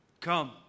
come